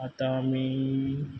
आतां आमी